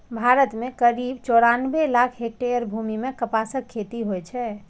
भारत मे करीब चौरानबे लाख हेक्टेयर भूमि मे कपासक खेती होइ छै